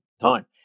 time